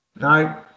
No